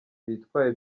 bitwaye